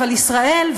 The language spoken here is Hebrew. אבל ישראל,